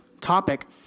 topic